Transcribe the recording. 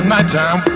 Nighttime